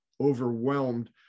overwhelmed